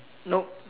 nope